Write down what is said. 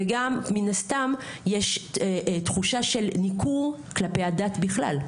וגם מן הסתם יש תחושה של ניכור כלפי הדת בכלל.